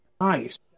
Nice